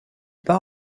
part